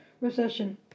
recession